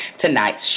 tonight's